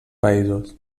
països